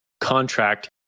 contract